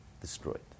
destroyed